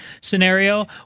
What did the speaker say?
scenario